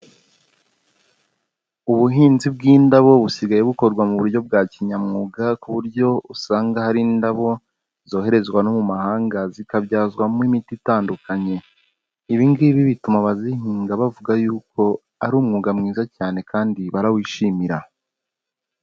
Ubuhinzi bw'indabo busigaye bukorwa mu buryo bwa kinyamwuga ku buryo usanga hari indabo zoherezwa no mu mahanga zikabyazwamo imiti itandukanye, ibi ngibi bituma abazihinga bavuga yuko ari umwuga mwiza cyane kandi barawishimira.